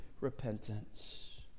repentance